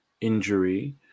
injury